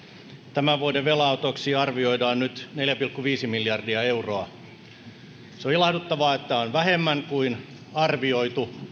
tämän vuoden velanotoksi arvioidaan nyt neljä pilkku viisi miljardia euroa on ilahduttavaa että se on vähemmän kuin on arvioitu